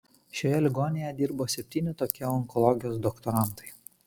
šioje ligoninėje dirbo septyni tokie onkologijos doktorantai